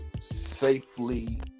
safely